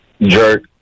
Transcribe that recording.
Jerk